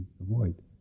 avoid